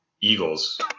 Eagles